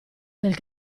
del